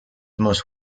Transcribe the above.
most